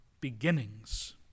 beginnings